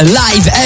live